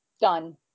Done